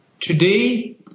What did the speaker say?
Today